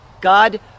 God